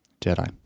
Jedi